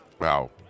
wow